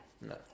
No